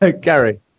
Gary